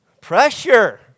pressure